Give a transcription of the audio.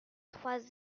trois